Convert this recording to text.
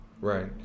right